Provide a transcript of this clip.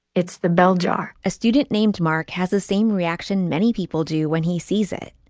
it's the bell jar a student named mark has the same reaction many people do when he sees it.